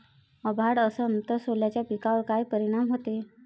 अभाळ असन तं सोल्याच्या पिकावर काय परिनाम व्हते?